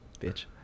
Bitch